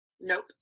Nope